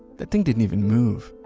that thing didn't even move.